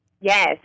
Yes